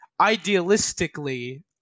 idealistically